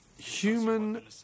human